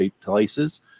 places